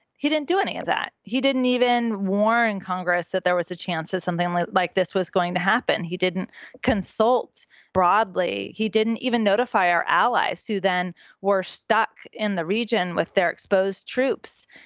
he didn't do any of that. he didn't even warn congress that there was a chance of something like like this was going to happen. he didn't consult broadly. he didn't even notify our allies, who then were stuck in the region with their exposed troops,